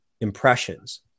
impressions